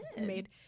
made